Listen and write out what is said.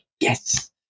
yes